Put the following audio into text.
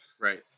Right